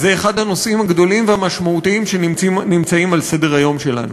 זה אחד הנושאים הגדולים והמשמעותיים שנמצאים על סדר-היום שלנו.